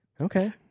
Okay